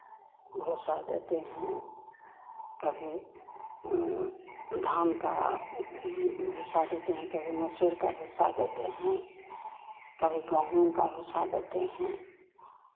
भूसा देते हैं कभी धान का भूसा देते हैं कभी मसूर का भूसा देते हैं कभी गेहूं का भूसा देते हैं